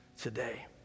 today